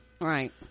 right